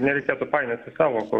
nereikėtų painioti sąvokų